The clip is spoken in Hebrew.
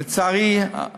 לצערי, מוזנח.